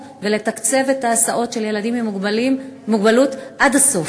לתקצב את ההסעות של ילדים עם מוגבלות עד הסוף,